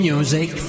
Music